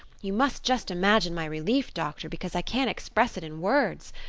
you must just imagine my relief, doctor, because i can't express it in words.